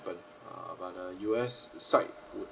but uh but uh U_S side would